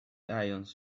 ions